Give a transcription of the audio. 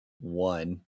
one